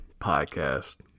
podcast